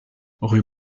rue